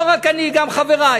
לא רק אני, גם חברי,